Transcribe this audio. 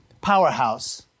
powerhouse